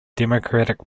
democratic